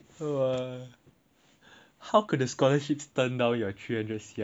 how could the scholarships turn down your three hundred C_I_P hours sia honestly